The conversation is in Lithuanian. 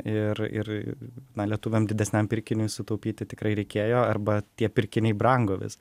ir ir na lietuviam didesniam pirkiniui sutaupyti tikrai reikėjo arba tie pirkiniai brango vis